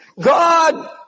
God